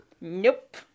Nope